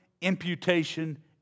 imputation